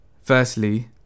firstly